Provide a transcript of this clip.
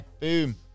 boom